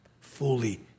fully